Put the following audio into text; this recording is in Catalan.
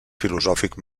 filosòfic